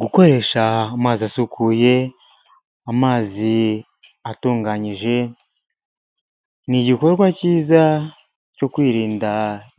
Gukoresha amazi asukuye, amazi atunganyije, ni igikorwa cyiza cyo kwirinda